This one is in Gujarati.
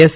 એસ